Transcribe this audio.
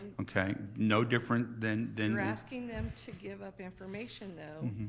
okay, no different than than you're asking them to give up information though,